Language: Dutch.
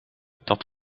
dat